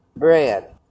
Bread